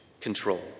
control